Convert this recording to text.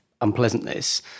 unpleasantness